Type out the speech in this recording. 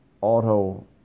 auto